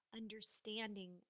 understanding